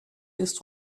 ist